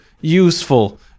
useful